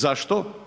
Zašto?